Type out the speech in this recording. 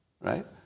right